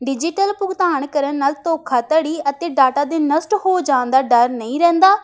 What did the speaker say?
digital ਭੁਗਤਾਨ ਕਰਨ ਨਾਲ ਧੋਖਾਧੜੀ ਅਤੇ ਡਾਟਾ ਦੇ ਨਸ਼ਟ ਹੋ ਜਾਣ ਦਾ ਡਰ ਨਹੀਂ ਰਹਿੰਦਾ